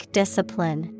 discipline